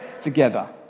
together